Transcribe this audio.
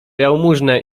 jałmużnę